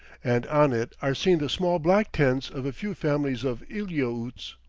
and on it are seen the small black tents of a few families of eliautes.